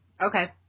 Okay